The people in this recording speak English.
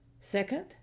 Second